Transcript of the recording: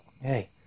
Hey